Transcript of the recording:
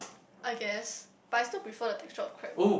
I guess but I still prefer the texture of crab